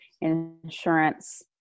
insurance